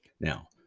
Now